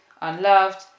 unloved